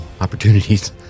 opportunities